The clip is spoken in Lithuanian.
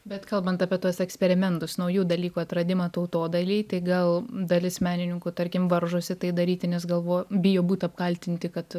bet kalbant apie tuos eksperimentus naujų dalykų atradimą tautodailėj tai gal dalis menininkų tarkim varžosi tai daryti nes galvo bijo būt apkaltinti kad